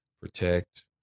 protect